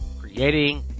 creating